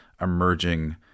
emerging